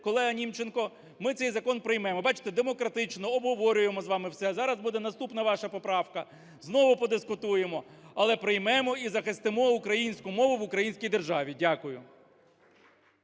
колего Німченко, ми цей закон приймемо. Бачте, демократично обговорюємо з вами все, а зараз буде наступна ваша поправка. Знову подискутуємо, але приймемо і захистимо українську мову в українській державі. Дякую.